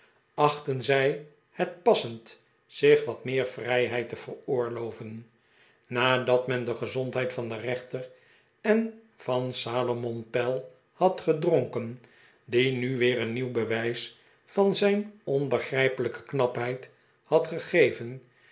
achtten zij het passend zich wat meer vrijheid te veroorloven nadat men de gezondheid van den reenter en van salomon pell had gedronken die nu weer een nieuw bewijs van zijn onbegrijpelijke knapheid had gegeven